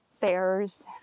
bears